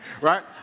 right